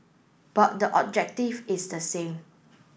but the objective is the same